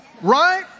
Right